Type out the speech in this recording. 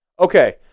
Okay